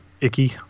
icky